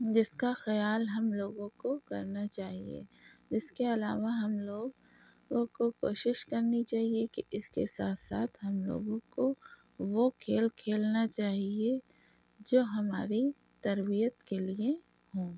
جس کا خیال ہم لوگوں کو کرنا چاہیے اس کے علاوہ ہم لوگوں کو کوشش کرنی چاہیے کہ اس کے ساتھ ساتھ ہم لوگوں کو وہ کھیل کھیلنا چاہیے جو ہماری تربیت کے لیے ہوں